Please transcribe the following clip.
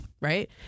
Right